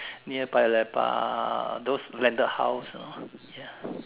near Paya Lebar those landed house you know ya